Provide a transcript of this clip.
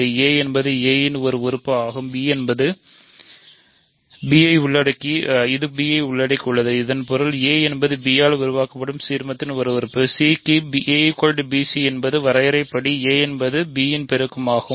a என்பது a இன் ஒரு உறுப்பு ஆகும் இது b ஐ உள்ளடக்கி உள்ளது இதன் பொருள் a என்பது b ஆல் உருவாக்கப்படும் சீர்மத்தின் ஒரு உறுப்பு c க்கு a bc என்பது வரையறையின்படி a என்பது b இன் பெருக்கமாகும்